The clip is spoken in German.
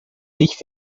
ich